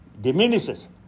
diminishes